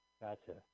Gotcha